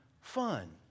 fun